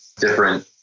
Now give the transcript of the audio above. different